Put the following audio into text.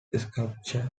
sculpture